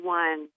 one